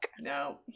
no